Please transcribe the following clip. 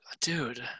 dude